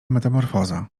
metamorfoza